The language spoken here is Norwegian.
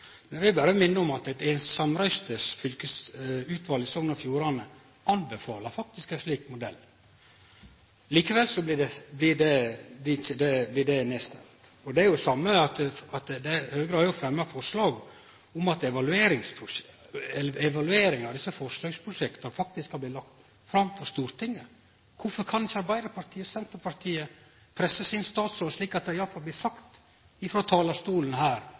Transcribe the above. Eg vil berre minne om at eit samrøystes fylkesutval i Sogn og Fjordane faktisk anbefaler ein slik modell. Likevel blir det nedstemt. Høgre har fremma forslag om at evalueringa av desse forsøksprosjekta faktisk skal bli lagd fram for Stortinget. Kvifor kan ikkje Arbeidarpartiet og Senterpartiet presse sin statsråd slik at det i alle fall blir sagt frå talarstolen her